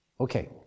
Okay